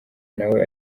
nawe